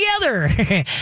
together